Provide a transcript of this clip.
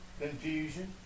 confusion